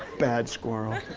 bad squirrel.